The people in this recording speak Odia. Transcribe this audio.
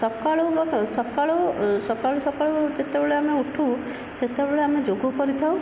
ସକାଳୁ ସକାଳୁ ସକାଳୁ ଯେତେବେଳେ ଆମେ ଉଠୁ ସେତେବେଳେ ଆମେ ଯୋଗ କରିଥାଉ